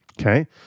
Okay